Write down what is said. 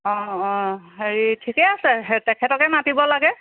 অঁ অঁ হেৰি ঠিকেই আছে হে তেখেতকে মাতিব লাগে